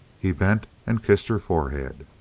he bent and kissed her forehead.